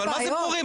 אבל מה זה ברורים?